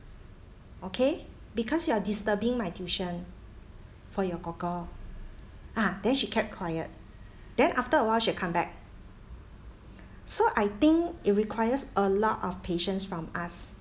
okay because you are disturbing my tuition for your gorgor ah then she kept quiet then after awhile she'd come back so I think it requires a lot of patience from us